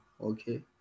okay